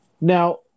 Now